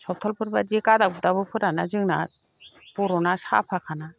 सावथालफोरबादि गाद्रा गुद्राबो फोराना जोंना बर'ना साफाखाना